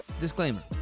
disclaimer